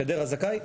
חדרה זכאי?